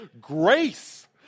grace